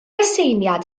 aseiniad